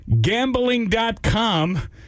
Gambling.com